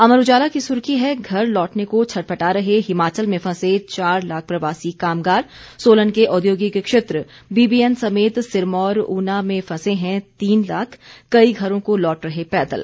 अमर उजाला की सुर्खी है घर लौटने को छटपटा रहे हिमाचल में फंसे चार लाख प्रवासी कामगार सोलन के औद्योगिक क्षेत्र बीवीएन समेत सिरमौर ऊना में फंसे हैं तीन लाख कई घरों को लौट रहे पैदल